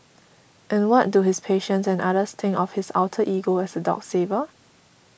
and what do his patients and others think of his alter ego as a dog saver